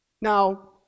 Now